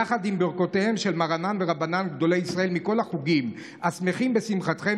יחד עם ברכותיהם של מרנן ורבנן גדולי ישראל מכל החוגים השמחים בשמחתכם,